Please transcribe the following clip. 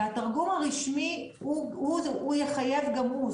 והתרגום הרשמי יחייב גם הוא.